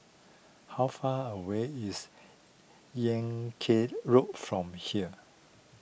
how far away is Yan Kit Road from here